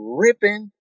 ripping